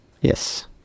Yes